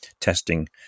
testing